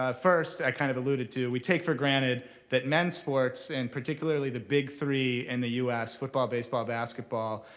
ah first, i kind of alluded to, we take for granted that men's sports and particularly the big three in and the us, football, baseball, basketball.